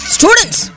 Students